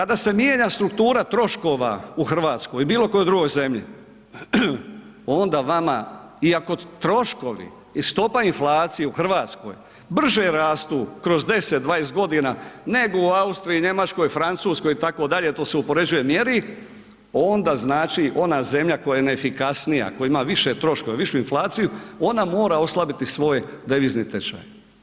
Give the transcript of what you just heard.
Kada se mijenja struktura troškova u Hrvatskoj i bilo kojoj drugoj zemlji onda vama iako troškovi i stopa inflacije u Hrvatskoj brže rastu kroz 10, 20 godina nego u Austriji, Njemačkoj, Francuskoj itd., to se upoređuje i mjeri onda znači ona zemlja koja je ne efikasnija, koja ima više troškova, višu inflaciju ona mora oslabiti svoj devizni tečaj.